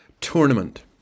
tournament